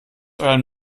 euren